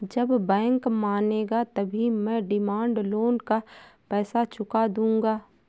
जब बैंक मांगेगा तभी मैं डिमांड लोन का पैसा चुका दूंगा